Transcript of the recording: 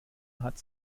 hat